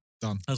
done